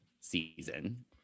season